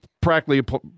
practically